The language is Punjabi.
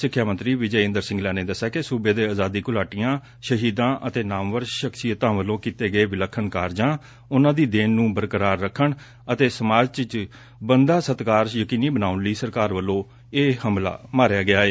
ਸਿੱਖਿਆ ਮੰਤਰੀ ਵਿਜੈ ਇੰਦਰ ਸਿੰਗਲਾ ਨੇ ਦਸਿਆ ਕਿ ਸੁਬੇ ਦੇ ਆਜ਼ਾਦੀ ਘੁਲਾਟੀਆਂ ਸ਼ਹੀਦਾਂ ਅਤੇ ਨਾਮਵਰ ਸ਼ਖਸੀਅਤਾਂ ਵੱਲੋਂ ਕੀਤੇ ਗਏ ਵਿੱਲਖਣ ਕਾਰਜਾਂ ਉਨਹਾ ਦੀ ਦੇਣ ਨੂੰ ਬਰਕਰਾਰ ਰੱਖਣ ਅਤੇ ਸਮਾਜ ਚ ਬਣਦਾ ਸਤਿਕਾਰ ਯਕੀਨੀ ਬਣਾਉਣ ਲਈ ਸਰਕਾਰ ਵੱਲੋ ਇਹ ਹੰਭਲਾ ਮਾਰਿਆ ਗਿਆ ਏ